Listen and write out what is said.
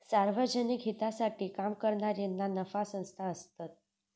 सार्वजनिक हितासाठी काम करणारे ना नफा संस्था असतत